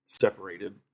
separated